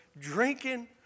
drinking